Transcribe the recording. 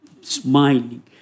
smiling